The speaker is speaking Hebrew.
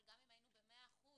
אבל גם אם היינו במאה אחוז